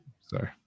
Sorry